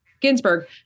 Ginsburg